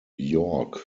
york